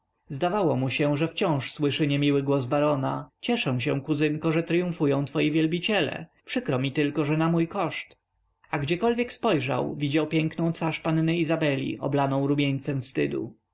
zdawało mu się że wciąż słyszy niemiły głos barona cieszę się kuzynko że tryumfują twoi wielbiciele przykro mi tylko że na mój koszt a gdziekolwiek spojrzał widział piękną twarz panny izabeli oblaną rumieńcem wstydu